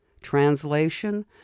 Translation